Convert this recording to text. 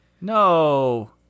No